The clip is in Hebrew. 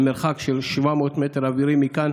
מרחק אווירי של 700 מטר מכאן,